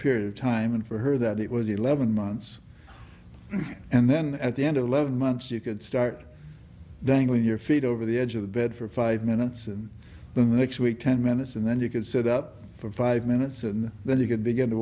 period of time and for her that it was eleven months and then at the end of eleven months you could start dangling your feet over the edge of the bed for five minutes and then the next week ten minutes and then you could set up for five minutes and then you could begin to